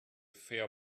fair